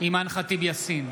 אימאן ח'טיב יאסין,